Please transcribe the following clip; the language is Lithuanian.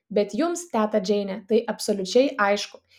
bet jums teta džeine tai absoliučiai aišku